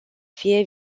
fie